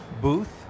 booth